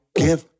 give